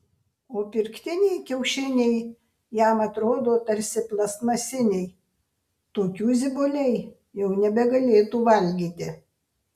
o pirktiniai kiaušiniai jam atrodo tarsi plastmasiniai tokių ziboliai jau nebegalėtų valgyti